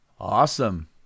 awesome